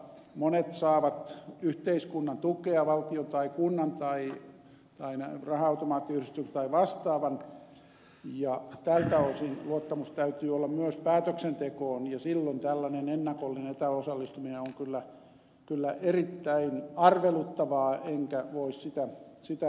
monet saavat yhteiskunnan tukea valtion tai kunnan tai raha automaattiyhdistyksen tai vastaavan ja tältä osin luottamuksen täytyy olla myös päätöksentekoon ja silloin tällainen ennakollinen etäosallistuminen on kyllä erittäin arveluttavaa enkä voi sitä hyväksyä